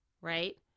right